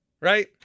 Right